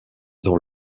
dans